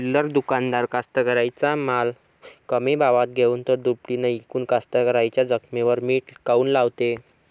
चिल्लर दुकानदार कास्तकाराइच्या माल कमी भावात घेऊन थो दुपटीनं इकून कास्तकाराइच्या जखमेवर मीठ काऊन लावते?